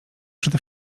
przede